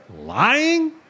lying